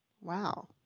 Wow